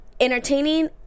entertaining